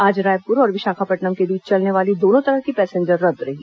आज रायपुर और विशाखापटनम के बीच चलने वाली दोनों तरफ की पैसेंजर रद्द रहीं